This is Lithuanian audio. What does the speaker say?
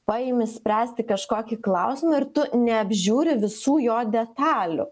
paimi spręsti kažkokį klausimą ir tu neapžiūri visų jo detalių